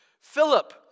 Philip